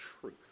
truth